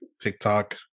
TikTok